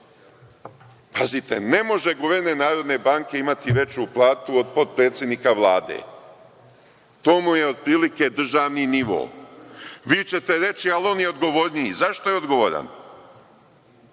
Pazite, ne može guverner Narodne banke imati veću platu od potpredsednika Vlade. To mu je otprilike državni nivo. Vi ćete reći - ali on je odgovorniji. Za šta je odgovoran?